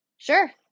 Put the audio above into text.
Sure